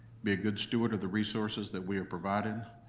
be a good steward of the resources that we are providing,